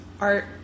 Art